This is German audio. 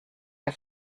der